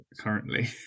currently